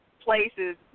places